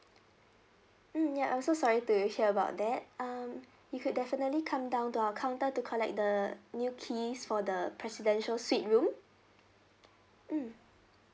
mm ya I'm so sorry to hear about that um you could definitely come down to our counter to collect the new keys for the presidential suite room mm